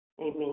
Amen